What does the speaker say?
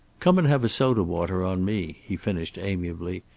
come and have a soda-water on me, he finished amiably.